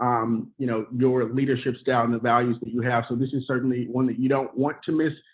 um you know, your leaderships down, the values that you have. so, this is certainly one that you don't want to miss.